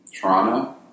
Toronto